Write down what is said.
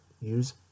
use